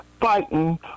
fighting